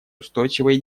устойчивой